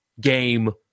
game